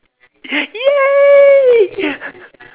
!yay!